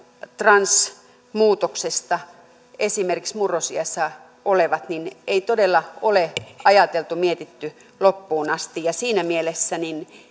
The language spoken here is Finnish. transmuutoksesta esimerkiksi murrosiässä olevat eivät todella ole ajatelleet miettineet loppuun asti ja siinä mielessä